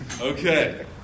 Okay